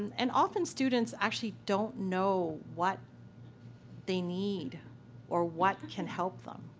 and often students actually don't know what they need or what can help them.